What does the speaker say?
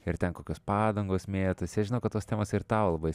ir ten kokios padangos mėtosi aš žinau kad tos temos ir tau labai